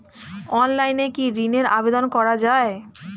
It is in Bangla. অনলাইনে কি ঋণের আবেদন করা যায়?